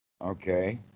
Okay